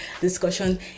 discussion